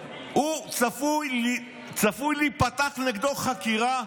צפויה להיפתח נגדו חקירה,